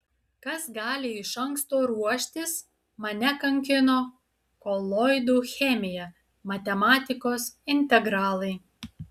kas gali iš anksto ruoštis mane kankino koloidų chemija matematikos integralai